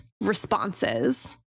responses